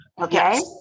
Okay